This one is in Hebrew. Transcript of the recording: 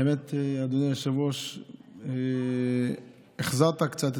אמרתם שהממשלה שלנו הייתה מנופחת.